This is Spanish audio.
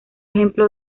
ejemplo